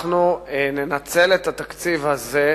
אנחנו ננצל את התקציב הזה.